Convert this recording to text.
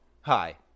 Hi